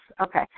Okay